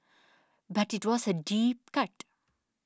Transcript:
but it was a deep cut